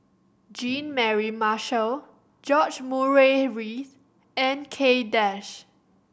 Jean Mary Marshall George Murray Reith and Kay Das